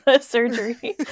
surgery